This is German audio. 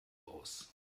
aus